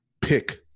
pick